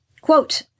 Quote